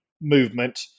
movement